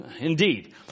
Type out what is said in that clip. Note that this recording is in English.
Indeed